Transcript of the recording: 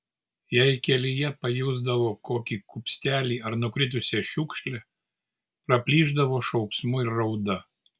jei kelyje pajusdavo kokį kupstelį ar nukritusią šiukšlę praplyšdavo šauksmu ir rauda